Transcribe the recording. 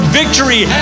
victory